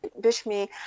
Bishmi